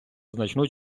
значну